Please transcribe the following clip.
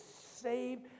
saved